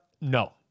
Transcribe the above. no